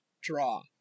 draw